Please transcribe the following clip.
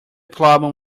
problem